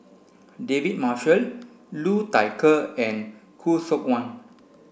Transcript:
David Marshall Liu Thai Ker and Khoo Seok Wan